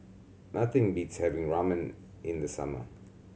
nothing beats having Ramen in the summer